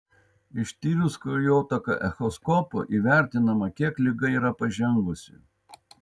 ištyrus kraujotaką echoskopu įvertinama kiek liga yra pažengusi